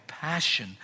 Passion